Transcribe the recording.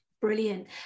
Brilliant